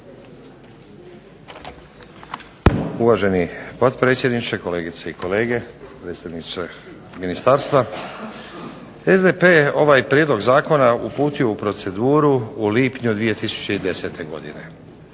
Uvaženi potpredsjedniče, kolegice i kolege, predstavniče ministarstva. SDP je ovaj prijedlog zakona uputio u proceduru u lipnju 2010. godine.